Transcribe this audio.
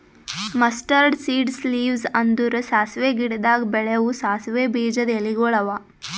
mustard seeds leaves ಅಂದುರ್ ಸಾಸಿವೆ ಗಿಡದಾಗ್ ಬೆಳೆವು ಸಾಸಿವೆ ಬೀಜದ ಎಲಿಗೊಳ್ ಅವಾ